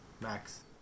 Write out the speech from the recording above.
max